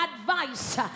advice